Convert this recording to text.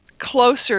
closer